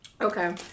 Okay